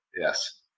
Yes